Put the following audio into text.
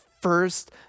first